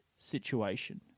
situation